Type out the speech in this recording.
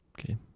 Okay